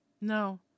no